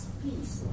peace